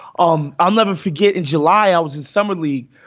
um i'll never forget in july, i was in summer league.